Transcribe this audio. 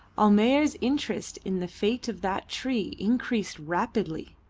almayer's interest in the fate of that tree increased rapidly.